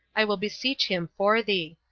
i will beseech him for thee.